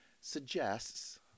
suggests